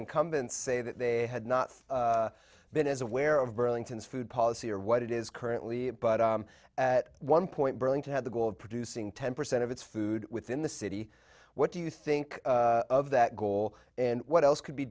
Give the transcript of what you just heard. incumbents say that they had not been as aware of burlington's food policy or what it is currently but at one point burlington had the goal of producing ten percent of its food within the city what do you think of that goal and what else c